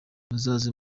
muzaze